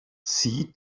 sieh